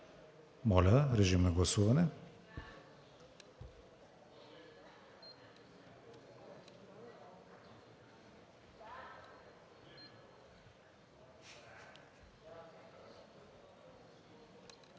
в режим на гласуване.